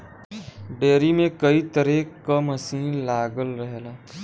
dairy में कई तरे क मसीन लगल रहला